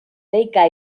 deika